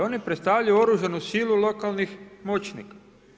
Oni predstavljaju oružanu silu lokalnih moćnika.